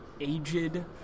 aged